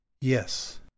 Yes